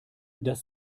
das